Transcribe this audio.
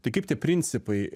tai kaip tie principai